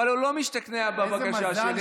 אבל הוא לא משתכנע בבקשה שלי.